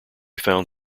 found